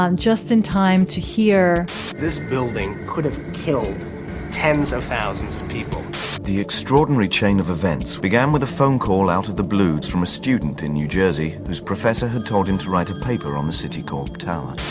just in time to hear this building could have killed tens of thousands of people the extraordinary chain of events began with a phone call out of the blue from a student in new jersey whose professor had told him to write a paper on the citicorp tower.